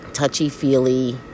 touchy-feely